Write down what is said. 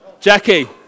Jackie